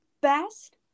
best